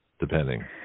depending